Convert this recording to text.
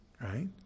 Right